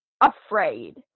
afraid